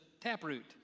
Taproot